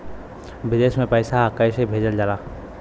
विदेश में पैसा कैसे भेजल जाला?